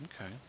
Okay